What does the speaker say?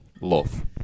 love